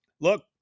look